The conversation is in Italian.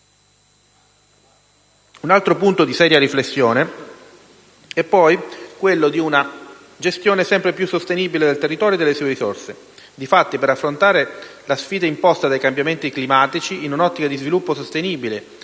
Un altro punto di seria riflessione è, poi, quello di una gestione sempre più sostenibile del territorio e delle sue risorse.